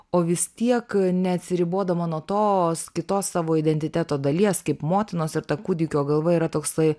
o vis tiek neatsiribodama nuo tos kitos savo identiteto dalies kaip motinos ir ta kūdikio galva yra toksai